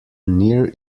near